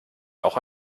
auch